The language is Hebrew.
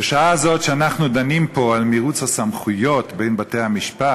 בשעה זו שאנחנו דנים פה על מירוץ הסמכויות בין בתי-המשפט,